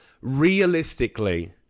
Realistically